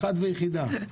האחת והיחידה.